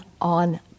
on